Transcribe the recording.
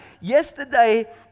Yesterday